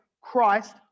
Christ